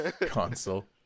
console